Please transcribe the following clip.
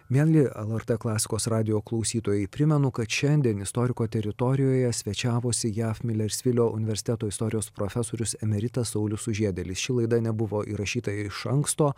mieli lrt klasikos radijo klausytojai primenu kad šiandien istoriko teritorijoje svečiavosi jav milersvilio universiteto istorijos profesorius emeritas saulius sužiedėlis ši laida nebuvo įrašyta iš anksto